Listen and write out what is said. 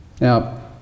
Now